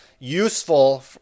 Useful